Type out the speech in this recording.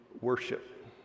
worship